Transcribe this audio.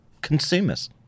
Consumers